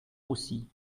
aussi